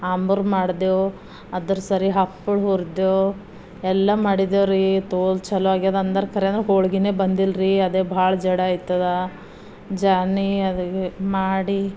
ಅಂಬ್ರು ಮಾಡ್ದೇವು ಅದ್ರ ಸರಿ ಹಪ್ಪಳ ಹುರ್ದೇವು ಎಲ್ಲ ಮಾಡಿದೇವ್ರೀ ತೋಲ್ ಚಲೋ ಆಗ್ಯದ ಅಂದರ್ತರ ಅಂದರೆ ಹೋಳಿಗೆನಿ ಬಂದಿಲ್ರೀ ಅದೇ ಭಾಳ ಜಡ ಆಯ್ತದ ಜಾನಿ ಅದ ಮಾಡಿ